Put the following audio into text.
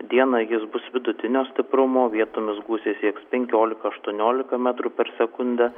dieną jis bus vidutinio stiprumo vietomis gūsiai sieks penkiolika aštuoniolika metrų per sekundę